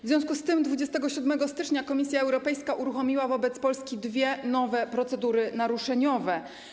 W związku z tym 27 stycznia Komisja Europejska uruchomiła wobec Polski dwie nowe procedury naruszeniowe.